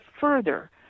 further